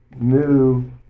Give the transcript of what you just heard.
new